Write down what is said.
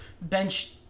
bench